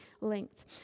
linked